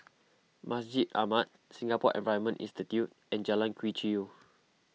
Masjid Ahmad Singapore Environment Institute and Jalan Quee Chew